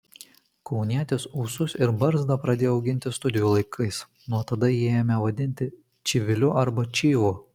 kaunietis ūsus ir barzdą pradėjo auginti studijų laikais nuo tada jį ėmė vadinti čiviliu arba čyvu